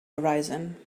horizon